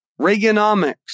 Reaganomics